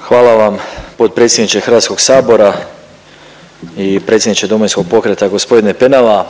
Hvala vam potpredsjedniče HS i predsjedniče DP-a g. Penava,